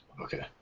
Okay